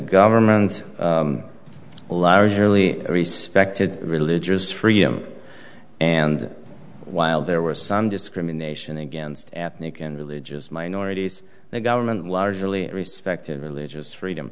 government large really respected religious freedom and while there were some discrimination against ethnic and religious minorities the government largely respected religious freedom